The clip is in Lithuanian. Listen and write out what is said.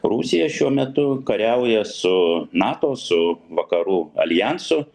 rusija šiuo metu kariauja su nato su vakarų aljansu